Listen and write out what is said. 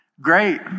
Great